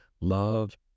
love